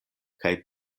kaj